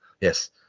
yes